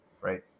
right